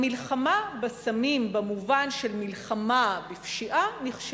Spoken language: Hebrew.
המלחמה בסמים במובן של מלחמה בפשיעה, נכשלה.